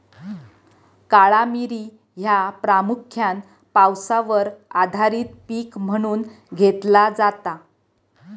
काळा मिरी ह्या प्रामुख्यान पावसावर आधारित पीक म्हणून घेतला जाता